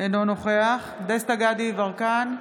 אינו נוכח דסטה גדי יברקן,